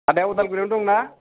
आदाया अदालगुरियावनो दंना